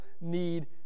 need